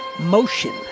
Motion